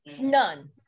none